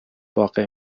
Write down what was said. واقع